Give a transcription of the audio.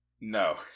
No